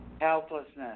helplessness